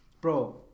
Bro